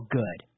good